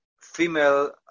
female